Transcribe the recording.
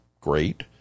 great